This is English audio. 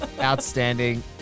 Outstanding